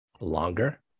longer